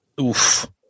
oof